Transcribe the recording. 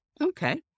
Okay